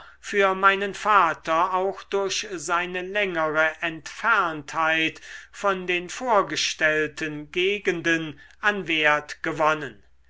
für meinen vater auch durch seine längere entferntheit von den vorgestellten gegenden an wert gewonnen